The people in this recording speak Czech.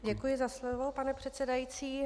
Děkuji za slovo, pane předsedající.